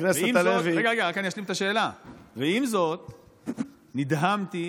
עם זאת, נדהמתי